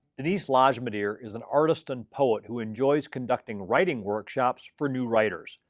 denise lajimodiere is an artist and poet who enjoys conducting writing workshops for new writers.